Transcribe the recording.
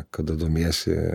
kada domiesi